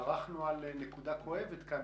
דרכנו כאן על נקודה כואבת בסיפור.